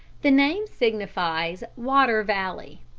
the name signifies water valley.